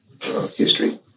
history